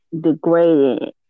degrading